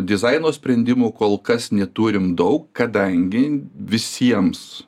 dizaino sprendimų kol kas neturim daug kadangi visiems